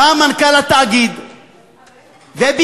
בא מנכ"ל התאגיד וביקש.